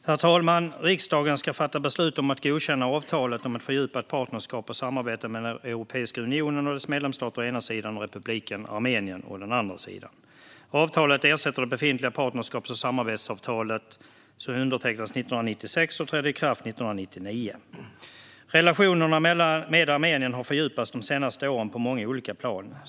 Herr talman! Riksdagen ska fatta beslut om att godkänna avtalet om ett fördjupat partnerskap och samarbete mellan Europeiska unionen och dess medlemsstater å ena sidan och Republiken Armenien å andra sidan. Avtalet ersätter det befintliga partnerskaps och samarbetsavtalet som undertecknades 1996 och trädde i kraft 1999. Relationerna med Armenien har fördjupats de senaste åren på många olika plan.